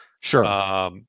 sure